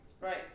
Right